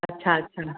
अच्छा अच्छा